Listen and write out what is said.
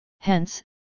Hence